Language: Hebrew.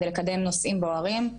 כדי לקדם נושאים בוערים,